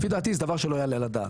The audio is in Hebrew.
לפי דעתי זה דבר שלא יעלה על הדעת.